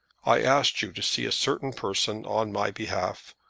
i asked you to see a certain person on my behalf,